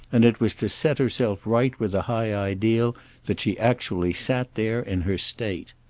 and it was to set herself right with a high ideal that she actually sat there in her state.